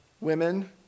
women